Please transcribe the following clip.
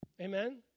Amen